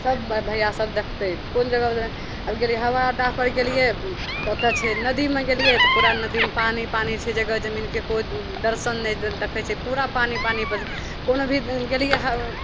सभ भइआसभ देखतै कोन जगह आब गेलिए हवाइ अड्डापर गेलिए तऽ ओतए छै नदीमे गेलिए तऽ पूरा नदीमे पानि पानि छै जगह जमीनके कोइ दर्शन नहि देखाए छै पूरा पानि पानि बस कोनो भी गेलिए हँ